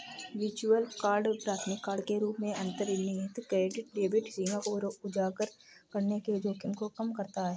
virtual card प्राथमिक card के रूप में अंतर्निहित क्रेडिट डेबिट सीमा को उजागर करने के जोखिम को कम करता है